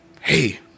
hey